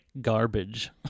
garbage